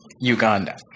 Uganda